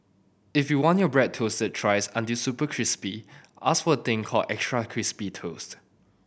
if you want your bread toasted thrice until super crispy ask for a thing called extra crispy toast